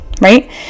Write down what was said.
right